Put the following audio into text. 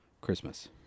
Christmas